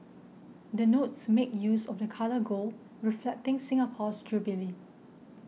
the notes make use of the colour gold reflecting Singapore's jubilee